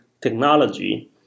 technology